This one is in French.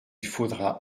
faudra